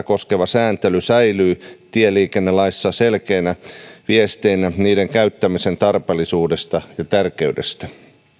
koskeva sääntely säilyy tieliikennelaissa selkeänä viestinä niiden käyttämisen tarpeellisuudesta ja tärkeydestä